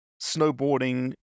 snowboarding